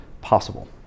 possible